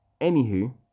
Anywho